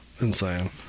insane